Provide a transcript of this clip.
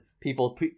People